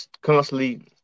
constantly